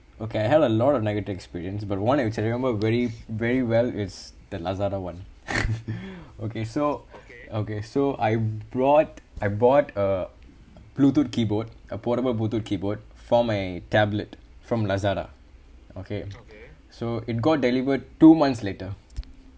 okay I had a lot of negative experience but one I would say I remember very very well it's the lazada [one] okay so okay so I brought I bought a bluetooth keyboard a portable bluetooth keyboard for my tablet from lazada okay so it got delivered two months later